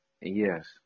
Yes